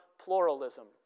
pluralism